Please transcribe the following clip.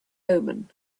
omen